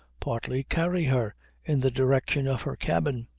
partly carry her in the direction of her cabin.